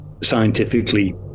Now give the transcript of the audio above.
scientifically